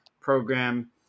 program